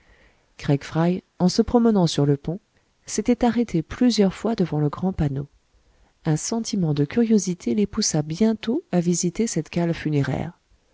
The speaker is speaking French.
craig fry en se promenant sur le pont s'étaient arrêtés plusieurs fois devant le grand panneau un sentiment de curiosité les poussa bientôt à visiter cette cale funéraire